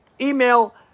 Email